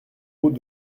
route